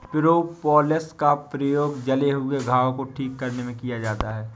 propolis का प्रयोग जले हुए घाव को ठीक करने में किया जाता है